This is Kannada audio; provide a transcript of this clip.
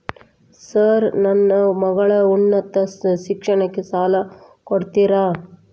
ಸರ್ ನನ್ನ ಮಗಳ ಉನ್ನತ ಶಿಕ್ಷಣಕ್ಕೆ ಸಾಲ ಕೊಡುತ್ತೇರಾ?